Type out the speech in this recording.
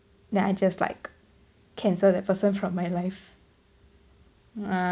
then I just like cancel that person from my life uh